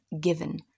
given